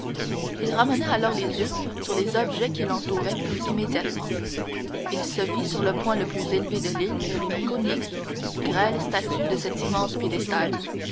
il ramena alors les yeux sur les objets qui l'entouraient plus immédiatement il se vit sur le point le plus élevé de l'île conique grêle statue de cet immense piédestal